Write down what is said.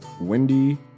Wendy